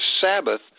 Sabbath